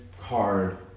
card